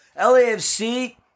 LAFC